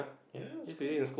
ya that's good